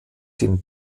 den